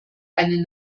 eine